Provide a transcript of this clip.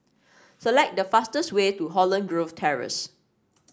select the fastest way to Holland Grove Terrace